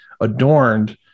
adorned